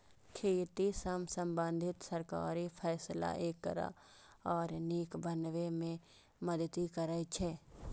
खेती सं संबंधित सरकारी फैसला एकरा आर नीक बनाबै मे मदति करै छै